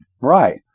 Right